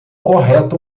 correto